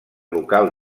local